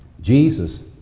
Jesus